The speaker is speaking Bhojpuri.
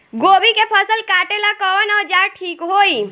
गोभी के फसल काटेला कवन औजार ठीक होई?